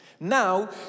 now